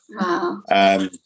Wow